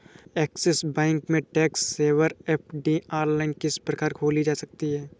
Axis bank में tax saver FD online किस प्रकार खोली जा सकती है?